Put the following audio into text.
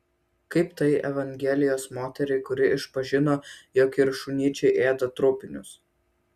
kaip tai evangelijos moteriai kuri išpažino jog ir šunyčiai ėda trupinius